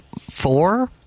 Four